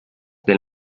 del